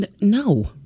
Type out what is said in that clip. No